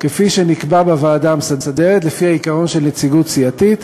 כפי שנקבע בוועדה המסדרת לפי העיקרון של יציגות סיעתית,